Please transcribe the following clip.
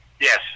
Yes